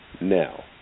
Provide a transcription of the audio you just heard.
Now